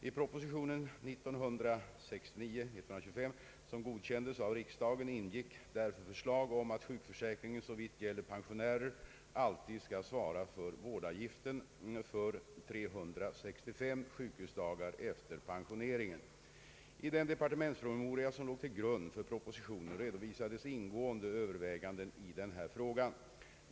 I propositionen 125 år 1969, som godkändes av riksdagen, ingick därför förslag om att sjukförsäkringen såvitt gäller pensionärer alltid skall svara för vårdavgiften för 365 sjukhusdagar efter pensioneringen. I den departementspromemoria som låg till grund för propositionen redovisades ingående överväganden i den här frågan.